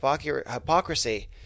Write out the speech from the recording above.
Hypocrisy